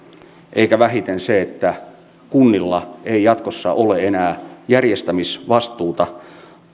eikä vähiten se että kunnilla ei jatkossa ole enää järjestämisvastuuta